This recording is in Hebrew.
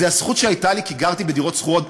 זו הזכות שהייתה לי כי גרתי בדירות שכורות.